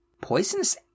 Poisonous